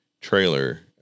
trailer